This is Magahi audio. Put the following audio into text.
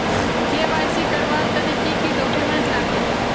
के.वाई.सी करवार तने की की डॉक्यूमेंट लागे?